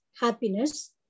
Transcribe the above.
happiness